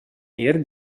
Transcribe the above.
eir